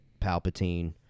Palpatine